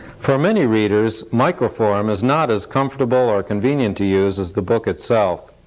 for many readers, microform is not as comfortable or convenient to use as the book itself,